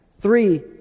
three